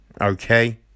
Okay